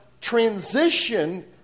transition